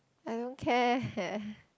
I don't care